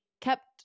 kept